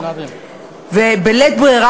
ובלית ברירה,